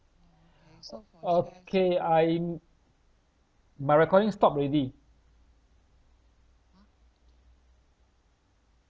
o~ okay I'm my recording stopped already